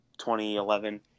2011